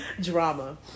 drama